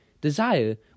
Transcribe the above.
Desire